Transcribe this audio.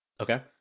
Okay